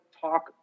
talk